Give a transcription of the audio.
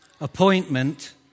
appointment